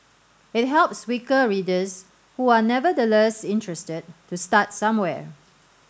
it helps weaker readers who are nevertheless interested to start somewhere